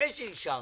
אחרי שאישרנו.